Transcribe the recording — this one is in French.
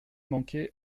manqué